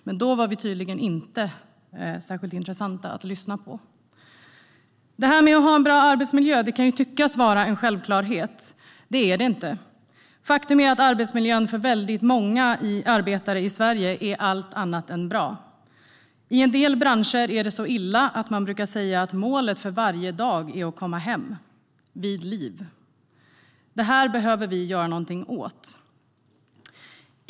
Men då var vi tydligen inte särskilt intressanta att lyssna på. Det här med att ha en bra arbetsmiljö kan tyckas vara en självklarhet. Det är det inte. Faktum är att arbetsmiljön för väldigt många arbetare i Sverige är allt annat än bra. I en del branscher är det så illa att man brukar säga att målet för varje dag är att komma hem vid liv. Det behöver vi göra någonting åt.